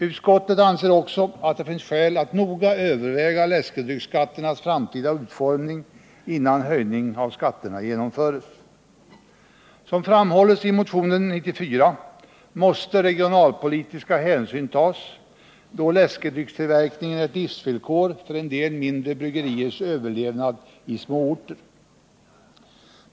Utskottet anser också att det finns skäl att noga överväga läskedrycksskatternas framtida utformning innan höjning av skatterna genomföres. Som framhållits i motionen 94 måste regionalpolitiska hänsyn tas, då läskedryckstillverkningen är ett livsvillkor för en del mindre bryggeriers överlevnad i småorter.